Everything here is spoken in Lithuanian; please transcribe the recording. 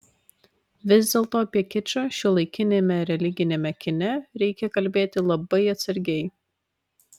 vis dėlto apie kičą šiuolaikiniame religiniame kine reikia kalbėti labai atsargiai